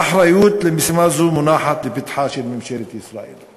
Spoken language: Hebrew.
האחריות למשימה זו מונחת לפתחה של ממשלת ישראל.